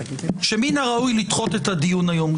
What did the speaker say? שמן הראוי לדחות את הדיון היום.